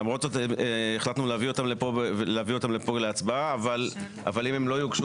למרות זאת החלטנו להביא אותם לפה להצבעה אבל אם הם לא יוגשו